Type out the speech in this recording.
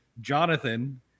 Jonathan